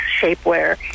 shapewear